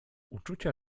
uczucia